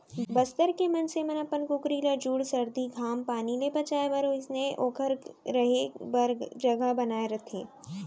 बस्तर के मनसे मन अपन कुकरी ल जूड़ सरदी, घाम पानी ले बचाए बर ओइसनहे ओकर रहें बर जघा बनाए रथें